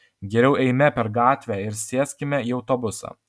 geriau eime per gatvę ir sėskime į autobusą